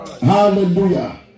Hallelujah